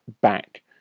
back